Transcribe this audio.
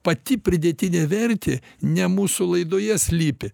pati pridėtinė vertė ne mūsų laidoje slypi